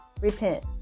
repent